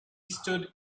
stood